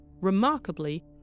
remarkably